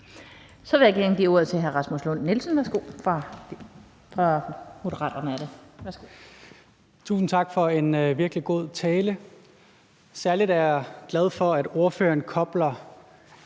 Tusind tak for en virkelig god tale. Særlig er jeg glad for, at ordføreren kobler